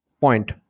point